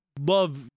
love